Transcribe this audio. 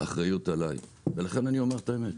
האחריות עליי ולכן אני אומר את האמת.